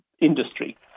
industry